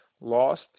lost